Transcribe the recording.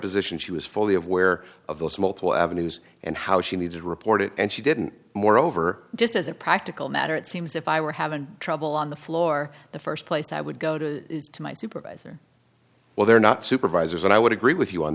opposition she was fully of where of those multiple avenues and how she needed to report it and she didn't moreover just as a practical matter it seems if i were having trouble on the floor the st place i would go to to my supervisor well they're not supervisors and i would agree with you on